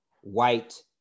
white